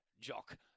jock